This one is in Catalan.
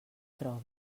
trobes